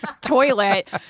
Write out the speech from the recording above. toilet